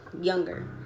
younger